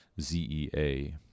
ZEA